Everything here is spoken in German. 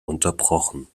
unterbrochen